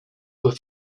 were